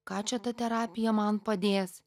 ką čia ta terapija man padės